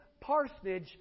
parsonage